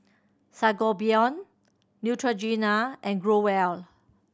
Sangobion Neutrogena and Growell